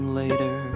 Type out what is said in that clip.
later